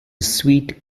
sweet